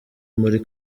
muri